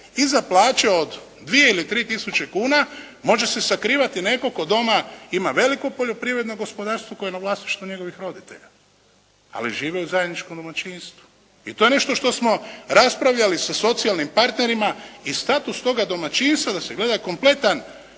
iza plaće od dvije ili tri tisuće kuna može se sakrivati netko tko doma ima veliko poljoprivredno gospodarstvo koje je na vlasništvu njegovih roditelja. Ali žive u zajedničkom domaćinstvu. I to je nešto što smo raspravljali sa socijalnim partnerima i status toga domaćinstva da se gleda kompletan